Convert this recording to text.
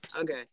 Okay